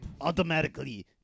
Automatically